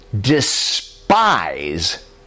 despise